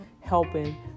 helping